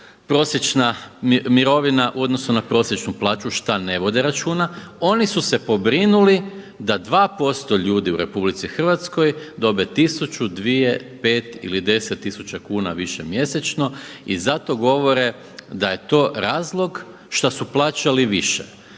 prosječna mirovina u odnosu na prosječnu plaću šta ne vode računa, oni su se pobrinuli da 2% ljudi u RH dobe 1000, 2000, 5000 ili 10 000 kuna više mjesečno i zato govore da je to razlog što su plaćali više.